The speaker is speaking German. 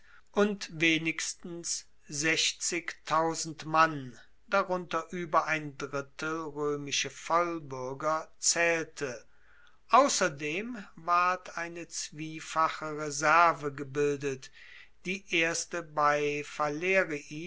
und wenigstens mann darunter ueber ein drittel roemische vollbuerger zaehlte ausserdem ward eine zwiefache reserve gebildet die erste